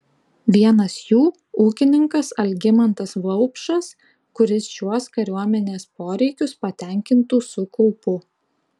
vienas jų ūkininkas algimantas vaupšas kuris šiuos kariuomenės poreikius patenkintų su kaupu